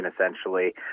essentially